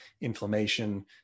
inflammation